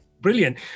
Brilliant